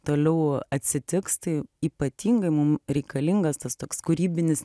toliau atsitiks tai ypatingai mum reikalingas tas toks kūrybinis